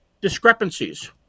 discrepancies